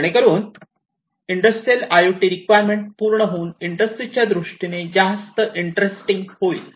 जेणेकरून industrial I O T requirement पूर्ण होऊन इंडस्ट्रीच्या दृष्टीने जास्त इंटरेस्टिंग होईल